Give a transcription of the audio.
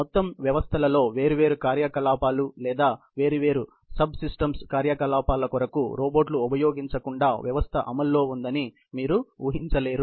మొత్తం వ్యవస్థలో వేర్వేరు కార్యకలాపాలు లేదా వేర్వేరు ఉప వ్యవస్థ కార్యకలాపాల కొరకు రోబోట్లు ఉపయోగించకుండా వ్యవస్థ అమల్లో ఉందని మీరు ఆలోచించలేరు